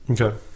Okay